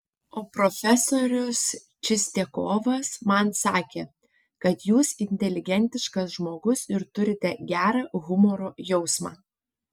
o profesorius čistiakovas man sakė kad jūs inteligentiškas žmogus ir turite gerą humoro jausmą